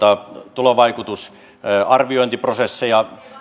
tulonjakovaikutusarviointiprosesseja